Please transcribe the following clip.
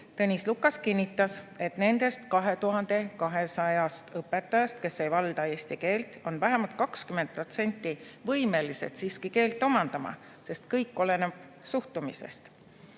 Tõnis Lukas kinnitas, et nendest 2200 õpetajast, kes ei valda eesti keelt, on vähemalt 20% võimelised siiski keelt omandama, sest kõik oleneb suhtumisest.